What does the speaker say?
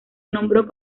nombró